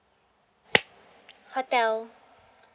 hotel